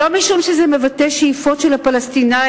לא משום שזה מבטא שאיפות של הפלסטינים,